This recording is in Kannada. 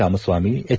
ರಾಮಸ್ವಾಮಿ ಎಚ್